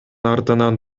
артынан